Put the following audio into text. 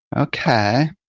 Okay